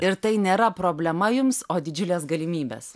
ir tai nėra problema jums o didžiulės galimybės